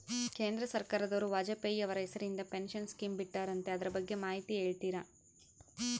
ಕೇಂದ್ರ ಸರ್ಕಾರದವರು ವಾಜಪೇಯಿ ಅವರ ಹೆಸರಿಂದ ಪೆನ್ಶನ್ ಸ್ಕೇಮ್ ಬಿಟ್ಟಾರಂತೆ ಅದರ ಬಗ್ಗೆ ಮಾಹಿತಿ ಹೇಳ್ತೇರಾ?